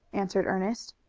answered ernest.